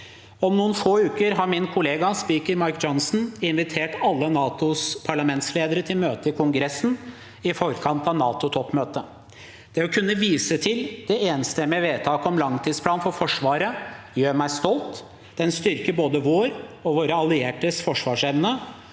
Om noen få uker har min kollega Speaker Mike Johnsen invitert alle NATOs parlamentsledere til møte i Kongressen i forkant av NATO-toppmøtet. Det å kunne vise til det enstemmige vedtaket om langtidsplanen for Forsvaret gjør meg stolt. Den styrker både vår og våre alliertes forsvarsevne.